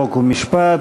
חוק ומשפט.